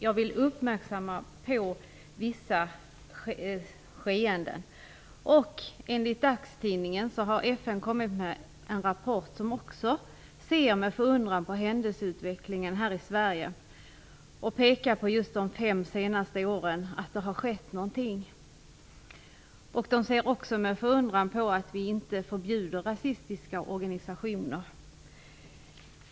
Jag vill dock uppmärksamma vissa skeenden. Enligt dagstidningen har FN kommit med en rapport som också uttrycker en förundran över händelseutvecklingen här i Sverige. Man pekar på vad som har hänt de senaste fem åren. FN ser också med förundran på att vi inte förbjuder rasistiska organisationer.